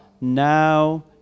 now